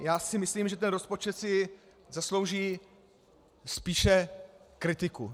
Já si myslím, že ten rozpočet si zaslouží spíše kritiku.